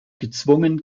gezwungen